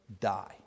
die